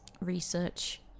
research